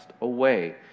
away